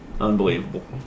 Unbelievable